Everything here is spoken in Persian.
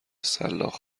سلاخ